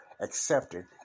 accepted